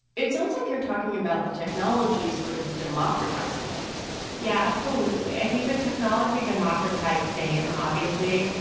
it sounds like you're talking about the technology sort of democratizing this yeah, absolutely. i think that technology democratized fame, obviously,